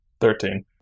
Thirteen